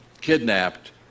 kidnapped